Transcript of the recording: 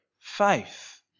Faith